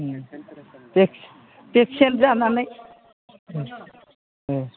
उम पे पेसियेन्ट जानानै उम ओह